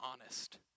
honest